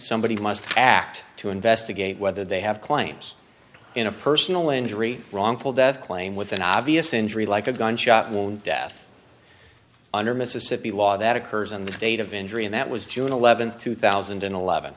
somebody must act to investigate whether they have claims in a personal injury wrongful death claim with an obvious injury like a gunshot wound death under mississippi law that occurs in the date of injury and that was june th two thousand and eleven